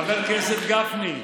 חבר הכנסת גפני,